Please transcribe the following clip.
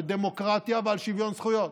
הם מדברים רק על דמוקרטיה ועל שוויון זכויות.